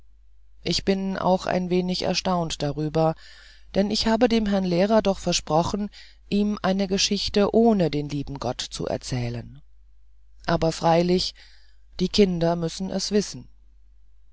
ich bin auch ein wenig erstaunt darüber denn ich habe dem herrn lehrer doch versprochen ihm eine geschichte ohne den lieben gott zu erzählen aber freilich die kinder müssen es wissen